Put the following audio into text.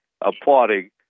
applauding